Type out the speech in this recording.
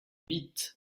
huit